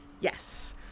yes